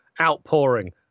outpouring